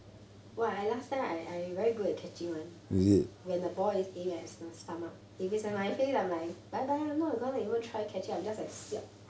!wah! I last time I I very good at catching [one] when the ball is aimed at my stomach if is at my face I will like bye bye I'm not going to even try catching I will just like siam